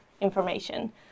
information